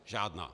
Žádná.